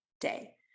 day